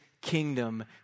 kingdom